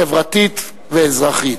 חברתית ואזרחית.